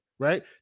Right